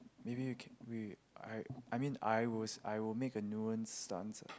maybe we can we I I mean I will I will make a nuance stance ah